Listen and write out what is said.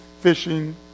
fishing